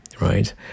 right